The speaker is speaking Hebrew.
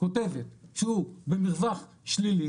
כותבת שהוא במרווח שלילי